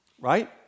right